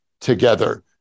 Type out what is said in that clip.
together